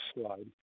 slide